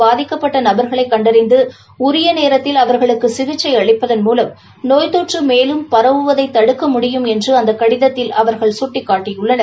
பாதிக்கப்பட்ட நபர்களைக் கண்டறிந்து உரிய நேரத்தில் அவர்களுக்கு சிகிச்சை அளிப்பதன் மூலம் நோய்த் தொற்று மேலும் பரவுவதை தடுக்க முடியும் என்று அந்த கடிதத்தில் அவர்கள் சுட்டிக்காட்டியுள்ளனர்